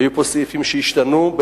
היו פה סעיפים שהשתנו,